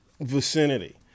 vicinity